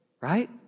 Right